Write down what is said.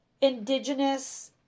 indigenous